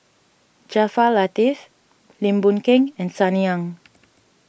Jaafar Latiff Lim Boon Keng and Sunny Ang